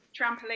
trampoline